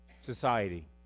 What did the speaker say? society